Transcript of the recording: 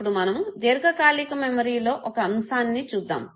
ఇప్పుడు మనము దీర్ఘ కాళిక మెమోరీలో ఒక అంశాన్ని చూద్దాము